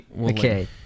Okay